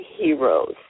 heroes